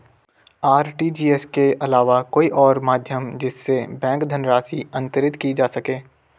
RTGS के अलावा कोई और माध्यम जिससे बैंक धनराशि अंतरित की जा सके?